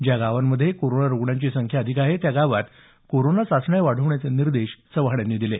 ज्या गावांत कोरोना रुग्णांची संख्या अधिक आहे त्या गावात कोरोना चाचण्या वाढवण्याचे निर्देश चव्हाण यांनी दिले